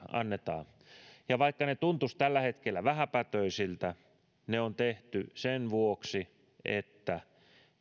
annetaan ja vaikka ne tuntuisivat tällä hetkellä vähäpätöisiltä ne on tehty sen vuoksi että